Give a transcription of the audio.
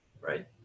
Right